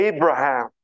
Abraham